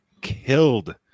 killed